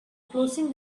closing